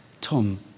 Tom